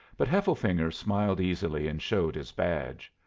but hefflefinger smiled easily and showed his badge.